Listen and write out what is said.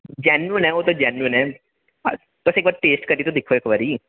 genuine ओह् ते genuine करी ते दिक्खो इक बारी